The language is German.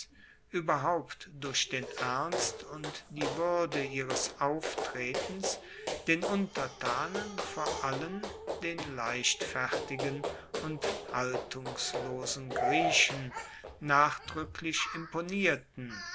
ueberhaupt durch den ernst und die wuerde ihres auftretens den untertanen vor allen den leichtfertigen und haltungslosen griechen nachdruecklich imponierten